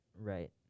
Right